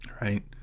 right